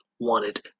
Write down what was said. wanted